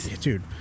dude